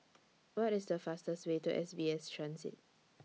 What IS The fastest Way to S B S Transit